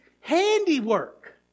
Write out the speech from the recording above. handiwork